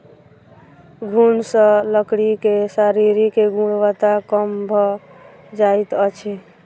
घुन सॅ लकड़ी के शारीरिक गुणवत्ता कम भ जाइत अछि